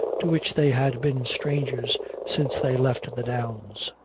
to which they had been strangers since they left the downs.